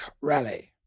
Rally